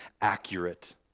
accurate